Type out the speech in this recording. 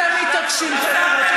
ואתם מספרים על